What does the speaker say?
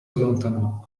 allontanò